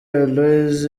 aloys